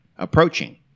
approaching